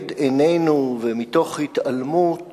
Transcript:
לנגד עינינו ומתוך התעלמות